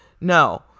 no